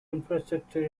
infrastructure